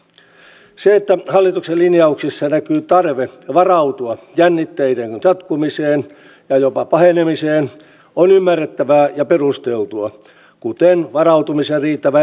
se että hallituksen linjauksissa näkyy tarve varautua jännitteiden jatkumiseen ja jopa pahenemiseen on ymmärrettävää ja perusteltua kuten varautumisen riittävä resursointikin